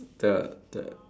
the the